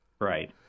Right